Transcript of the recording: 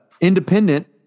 independent